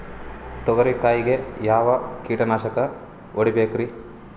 ತೊಗರಿ ಕಾಯಿಗೆ ಯಾವ ಕೀಟನಾಶಕ ಹೊಡಿಬೇಕರಿ?